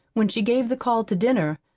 when she gave the call to dinner,